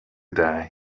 die